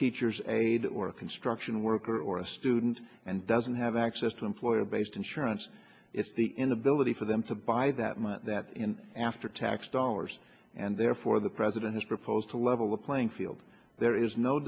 teacher's aide or a construction worker or a student and doesn't have access to employers based insurance it's the inability for them to buy that month that after tax dollars and therefore the president has proposed to level the playing field there is no